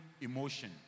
emotion